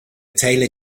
taylor